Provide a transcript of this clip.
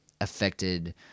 affected